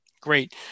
Great